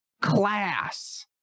class